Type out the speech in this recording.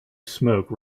smoke